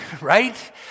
Right